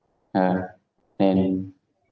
yeah and